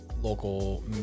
local